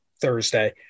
Thursday